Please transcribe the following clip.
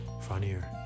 Funnier